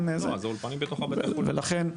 ולכן,